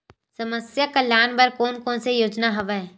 समस्या कल्याण बर कोन कोन से योजना हवय?